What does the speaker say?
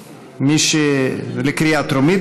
2018, לקריאה טרומית.